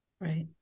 Right